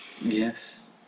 Yes